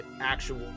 actual